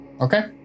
okay